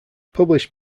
published